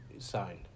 signed